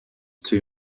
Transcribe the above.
too